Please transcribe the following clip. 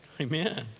amen